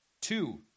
Two